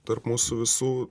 tarp mūsų visų